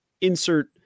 insert